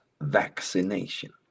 Vaccination